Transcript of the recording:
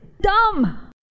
dumb